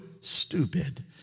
stupid